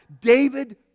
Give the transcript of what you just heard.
David